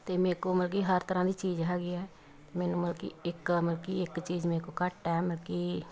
ਅਤੇ ਮੇਰੇ ਕੋਲ ਮਲਕੀ ਹਰ ਤਰ੍ਹਾਂ ਦੀ ਚੀਜ਼ ਹੈਗੀ ਹੈ ਮੈਨੂੰ ਮਲਕੀ ਇੱਕ ਮਲਕੀ ਇੱਕ ਚੀਜ਼ ਮੇਰੇ ਕੋਲ ਘੱਟ ਹੈ ਮਲਕੀ